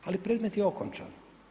Ali predmet je okončan.